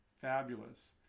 Fabulous